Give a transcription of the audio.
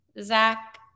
Zach